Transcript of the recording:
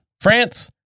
France